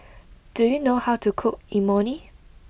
do you know how to cook Imoni